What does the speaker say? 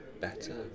better